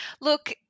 look